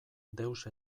deus